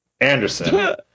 Anderson